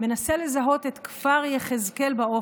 מנסה לזהות את כפר יחזקאל באופק.